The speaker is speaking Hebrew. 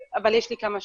אבל יש לי כמה שאלות.